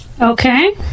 Okay